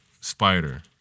spider